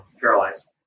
paralyzed